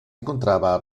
encontraba